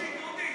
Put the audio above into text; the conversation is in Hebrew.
דודי,